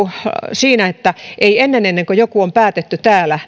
siinä että ei ennen ennen kuin joku on päätetty täällä